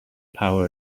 power